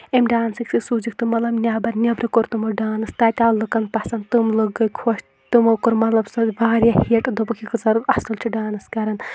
امہِ ڈانسٕکۍ سۭتۍ سوٗزِکھ تٕم مطلب نٮ۪بَر نیٚبرٕ کوٚر تِمو ڈانٕس تَتہِ آو لُکَن پَسَنٛد تٕم لُکھ گٔے خۄش تِمو کوٚر مطلب سُہ واریاہ ہِٹ دوٚپُکھ یہِ گُزار اَصٕل چھِ ڈانٕس کَرَان